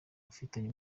ufitanye